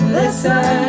listen